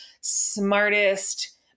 smartest